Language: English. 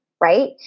right